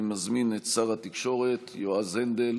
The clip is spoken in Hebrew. אני מזמין את שר התקשורת יועז הנדל